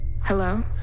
Hello